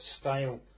style